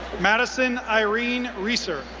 madison irene reeser,